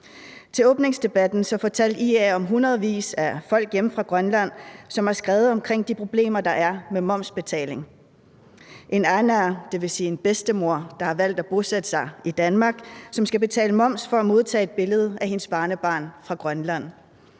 åbningsdebatten fortalte IA om hundredvis af folk hjemme fra Grønland, som har skrevet om de problemer, der er med momsbetaling. De skriver om en aanaa, dvs. en bedstemor, der har valgt at bosætte sig i Danmark, og som skal betale moms for at modtage et billede af sit barnebarn fra Grønland;